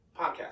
podcast